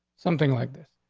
something like this.